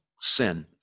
sin